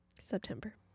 september